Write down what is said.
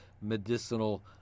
medicinal